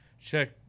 Check